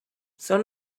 són